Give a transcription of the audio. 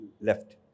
left